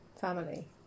family